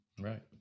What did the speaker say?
Right